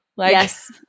Yes